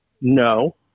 no